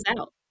out